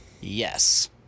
yes